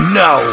no